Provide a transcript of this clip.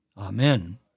Amen